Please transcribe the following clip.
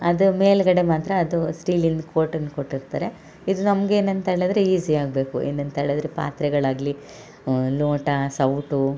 ಅದು ಮೇಲ್ಗಡೆ ಮಾತ್ರ ಅದು ಸ್ಟೀಲಿನ ಕೊಟನ್ನ ಕೊಟ್ಟಿರ್ತಾರೆ ಇದು ನಮ್ಗೇನು ಅಂತ್ಹೇಳಿದರೆ ಈಸಿ ಆಗಬೇಕು ಏನಂತ್ಹೇಳಿದರೆ ಪಾತ್ರೆಗಳಾಗಲಿ ಲೋಟ ಸೌಟು